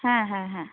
হ্যাঁ হ্যাঁ হ্যাঁ